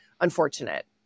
unfortunate